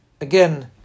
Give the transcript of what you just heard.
again